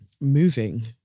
moving